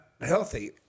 healthy